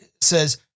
says